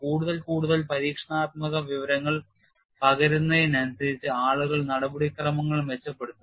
കൂടുതൽ കൂടുതൽ പരീക്ഷണാത്മക വിവരങ്ങൾ പകരുന്നതിനനുസരിച്ച് ആളുകൾ നടപടിക്രമങ്ങൾ മെച്ചപ്പെടുത്തുന്നു